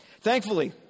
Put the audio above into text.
Thankfully